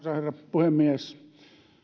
puhemies